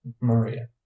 maria